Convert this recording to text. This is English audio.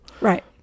right